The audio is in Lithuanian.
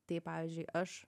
tai pavyzdžiui aš